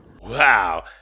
Wow